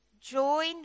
join